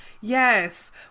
Yes